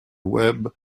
web